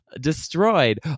destroyed